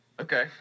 Okay